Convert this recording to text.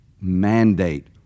mandate